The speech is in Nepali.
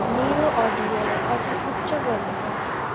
मेरो अडियोलाई अझ उच्च गर्नुहोस्